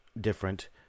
different